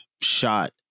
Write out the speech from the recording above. shot